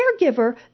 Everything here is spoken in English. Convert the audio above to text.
caregiver